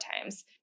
times